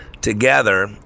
Together